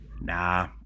nah